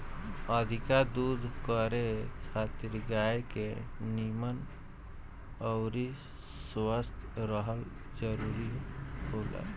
अधिका दूध करे खातिर गाय के निमन अउरी स्वस्थ रहल जरुरी होला